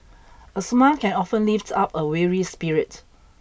a smile can often lift up a weary spirit